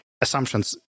assumptions